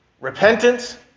repentance